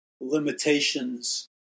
limitations